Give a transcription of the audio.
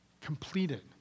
completed